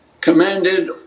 commanded